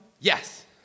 Yes